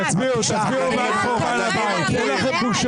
תצביעו בעד החוק, אין לכם בושה.